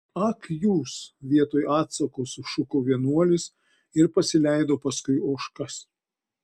ak jūs vietoj atsako sušuko vienuolis ir pasileido paskui ožkas